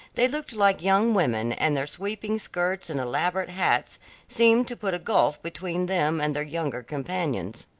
they looked like young women, and their sweeping skirts and elaborate hats seemed to put a gulf between them and their younger companions.